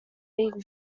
legal